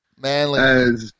Manly